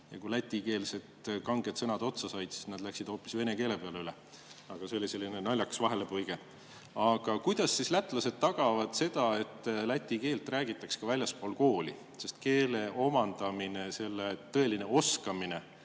ja kui neil lätikeelsed kanged sõnad otsa olid saanud, siis nad olid hoopis vene keele peale üle läinud. See oli selline naljakas vahelepõige. Aga kuidas siis lätlased tagavad selle, et läti keelt räägitaks ka väljaspool kooli? Keele omandamine, selle tõeline oskamine